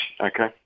okay